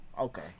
Okay